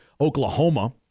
Oklahoma